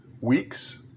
weeks